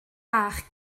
fach